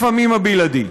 לפעמים הבלעדי.